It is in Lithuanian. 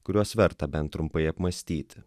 kuriuos verta bent trumpai apmąstyti